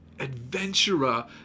adventurer